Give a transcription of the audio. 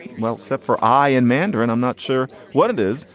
well except for i in mandarin i'm not sure what it is,